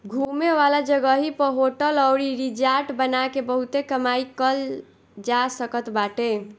घूमे वाला जगही पअ होटल अउरी रिजार्ट बना के बहुते कमाई कईल जा सकत बाटे